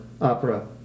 *Opera